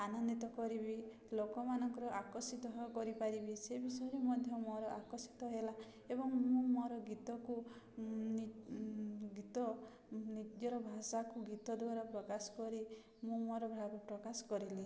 ଆନନ୍ଦିତ କରିବି ଲୋକମାନଙ୍କର ଆକର୍ଷିତ କରିପାରିବି ସେ ବିଷୟରେ ମଧ୍ୟ ମୋର ଆକର୍ଷିତ ହେଲା ଏବଂ ମୁଁ ମୋର ଗୀତକୁ ଗୀତ ନିଜର ଭାଷାକୁ ଗୀତ ଦ୍ୱାରା ପ୍ରକାଶ କରି ମୁଁ ମୋର ପ୍ରକାଶ କରିଲି